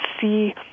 see